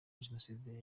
jenoside